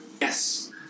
Yes